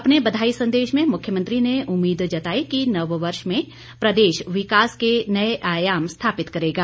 अपने बधाई संदेश में मुख्यमंत्री ने उम्मीद जताई कि नववर्ष में प्रदेश विकास के नए आयाम स्थापित करेगा